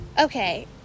Okay